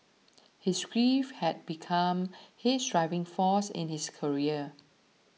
his grief had become his driving force in his career